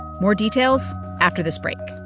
more details after this break